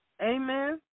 Amen